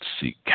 seek